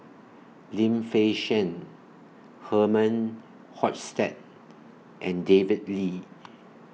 Lim Fei Shen Herman Hochstadt and David Lee